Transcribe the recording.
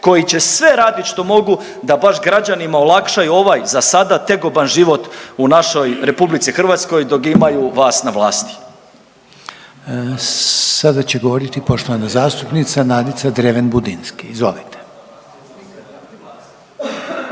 koji će sve radit što mogu da baš građanima olakšaju ovaj za sada tegoban život u našoj RH dok imaju vas na vlasti. **Reiner, Željko (HDZ)** Sada će govoriti poštovana zastupnica Nadica Dreven Budinski, izvolite.